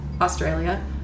Australia